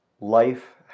life